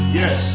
yes